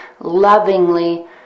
lovingly